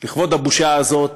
לכבוד הבושה הזאת